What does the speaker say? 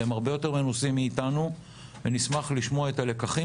אתם הרבה יותר מנוסים מאיתנו ונשמח לשמוע את הלקחים